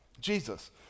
Jesus